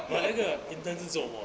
but 那个 intern 是做什么的